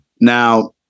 Now